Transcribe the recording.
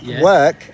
work